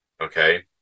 okay